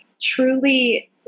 truly